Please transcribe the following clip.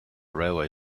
railway